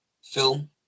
film